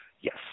Yes